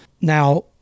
now